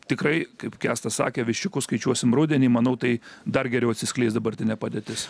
tikrai kaip kęstas sakė viščiukus skaičiuosim rudenį manau tai dar geriau atsiskleis dabartinė padėtis